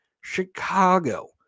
Chicago